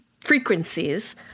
frequencies